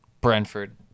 Brentford